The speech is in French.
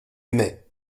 aimais